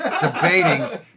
debating